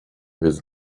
his